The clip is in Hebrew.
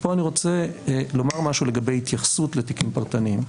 פה אני רוצה לומר משהו לגבי התייחסות לתיקים פרטניים.